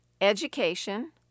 education